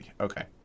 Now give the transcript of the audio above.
Okay